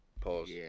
Pause